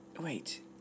Wait